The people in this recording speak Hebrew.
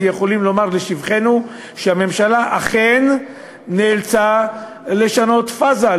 יכולים לומר לשבחנו שהממשלה אכן נאלצה לשנות פאזה,